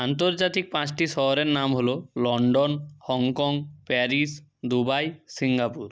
আন্তর্জাতিক পাঁচটি শহরের নাম হলো London Hong Kong Paris Dubai Singapore